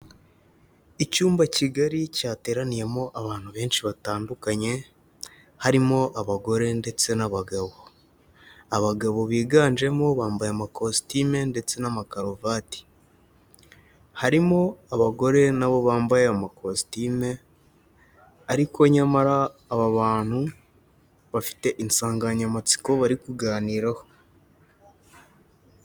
Icyumba kigari cyateraniyemo abantu benshi batandukanye harimo abagore ndetse n'abagabo. Abagabo biganjemo bambaye amakositime ndetse n'amakaruvati. Harimo abagore n'abo bambaye amakositime ariko nyamara aba bantu bafite insanganyamatsiko bari kuganiraho.